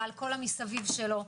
ועל כל המסביב שלו.